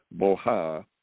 Boha